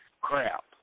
crap